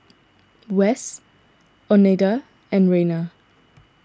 Wess oneida and Rayna